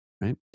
right